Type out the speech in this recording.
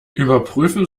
überprüfen